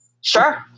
Sure